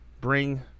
bring